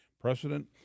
precedent